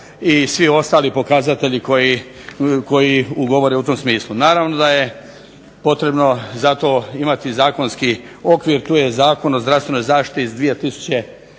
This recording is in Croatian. i svi ostali pokazatelji koji govore u tom smislu. Naravno da je potrebno za to imati zakonski okvir, tu je Zakon o zdravstvenoj zaštiti iz 2008.